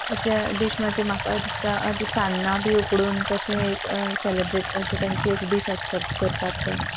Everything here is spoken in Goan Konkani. अश्या डीश ती म्हाका दिसता ती सान्ना बी उकडून तशे सेलिब्रेटी एक डीश आसतात करतात